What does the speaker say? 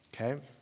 Okay